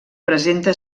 presenta